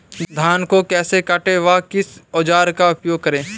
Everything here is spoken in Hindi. धान को कैसे काटे व किस औजार का उपयोग करें?